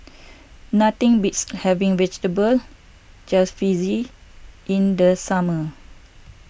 nothing beats having Vegetable Jalfrezi in the summer